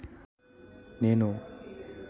నేను నా ప్రభుత్వ యోజన స్కీం కు అప్లై చేయడం ఎలా?